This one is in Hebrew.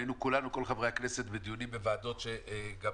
היינו כל חברי הכנסת בדיונים בוועדות ושמענו